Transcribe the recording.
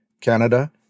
Canada